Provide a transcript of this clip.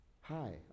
Hi